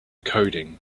coding